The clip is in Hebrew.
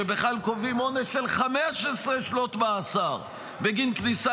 שבכלל קובעים עונש של 15 שנות מאסר בגין כניסה